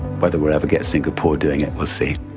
whether we'll ever get singapore doing it, we'll see.